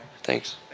Thanks